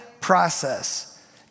process